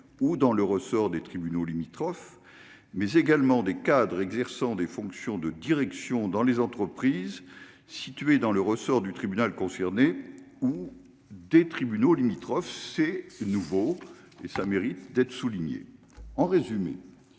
ou dans le ressort des tribunaux limitrophes, mais également des cadres exerçant des fonctions de direction dans les entreprises situées dans le ressort du tribunal concerné ou des tribunaux limitrophes c'est c'est nouveau et ça mérite d'être souligné, en résumé,